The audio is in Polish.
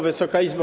Wysoka Izbo!